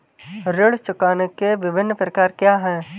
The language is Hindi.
ऋण चुकाने के विभिन्न प्रकार क्या हैं?